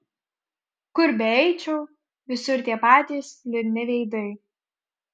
kur beeičiau visur tie patys liūdni veidai